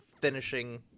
finishing